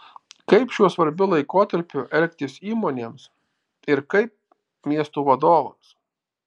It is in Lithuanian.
kaip šiuo svarbiu laikotarpiu elgtis įmonėms ir kaip miestų vadovams